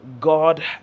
God